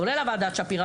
כולל ועדת שפירא.